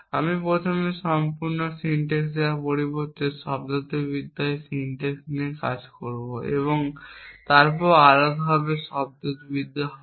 আমি প্রথমে সম্পূর্ণ সিনট্যাক্স দেওয়ার পরিবর্তে শব্দার্থবিদ্যায় সিনট্যাক্স নিয়ে কাজ করব এবং তারপর আলাদাভাবে শব্দার্থবিদ্যা হবে